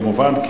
כמובן,